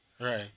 Right